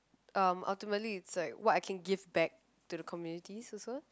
um ultimately is that what I can give back to the communities also